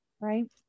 right